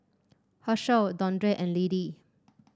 Hershell Dondre and Liddie